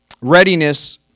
Readiness